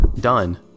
Done